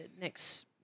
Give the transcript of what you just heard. next